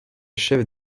chefs